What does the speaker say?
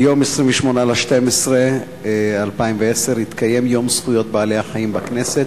ביום 28 בדצמבר 2010 התקיים יום זכויות בעלי-החיים בכנסת,